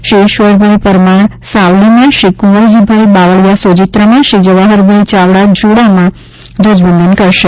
શ્રી ઇશ્વરભાઇ પરમાર સાવલીમાં શ્રી કુંવરજીભાઇ બાવળીયા સોજીત્રામાં શ્રી જવાહરભાઇ ચાવડા ચુડામાં ધ્વજવંદન કરશે